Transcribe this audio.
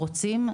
רוצים,